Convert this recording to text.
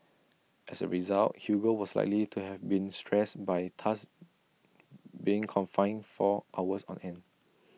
as A result Hugo was likely to have been stressed by thus being confined for hours on end